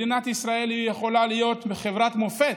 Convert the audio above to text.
מדינת ישראל יכולה להיות חברת מופת.